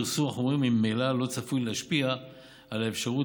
פרסום החומרים ממילא לא צפוי להשפיע על האפשרות